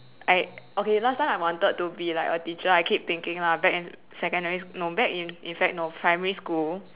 I okay last time I wanted to be like a teacher I keep thinking lah back in secondary no back in fact no primary school